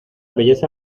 belleza